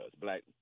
black